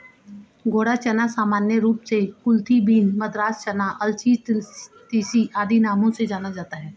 घोड़ा चना सामान्य रूप से कुलथी बीन, मद्रास चना, अलसी, तीसी आदि नामों से जाना जाता है